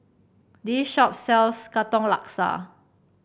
this shop sells Katong Laksa